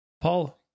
Paul